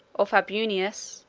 or fabunius,